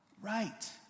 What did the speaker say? right